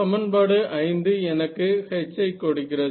சமன்பாடு 5 எனக்கு H ஐ கொடுக்கிறது